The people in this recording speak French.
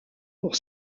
pour